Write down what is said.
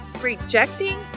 rejecting